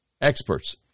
experts